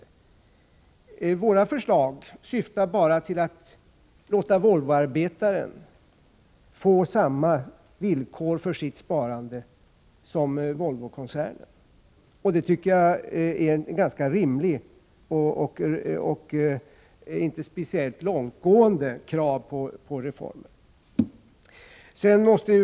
25 april 1985 Våra förslag syftar bara till att ge Volvoarbetaren samma villkor för sitt sparande som Volvokoncernen har. Det tycker jag är ett ganska rimligt och inte speciellt långtgående krav på reformen.